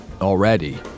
already